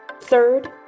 Third